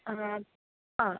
ആ അ